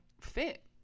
fit